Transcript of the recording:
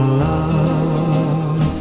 love